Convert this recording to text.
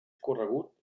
corregut